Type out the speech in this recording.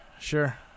sure